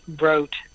wrote